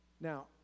Now